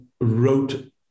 wrote